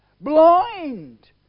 blind